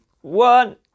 one